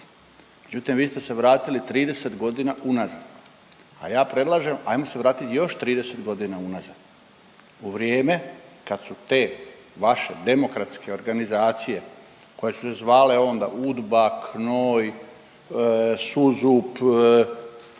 Međutim, vi ste se vratili 30.g. unazad, a ja predlažem ajmo se vratit još 30.g. unazad, u vrijeme kad su te vaše demokratske organizacije koje su se zvale onda UDBA, KNOJ, SUZUP